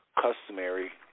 customary